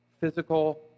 physical